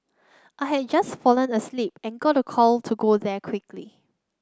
I had just fallen asleep and got a call to go there quickly